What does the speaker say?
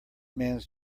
mans